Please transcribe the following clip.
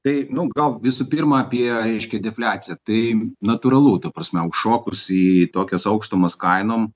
tai nu gal visų pirma apie reiškia defliaciją tai natūralu ta prasme užšokus į tokias aukštumas kainom